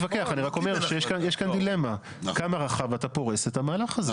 יש כאן דילמה, כמה רחב אתה פורס את המהלך הזה?